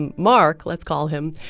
and mark let's call him,